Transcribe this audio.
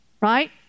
right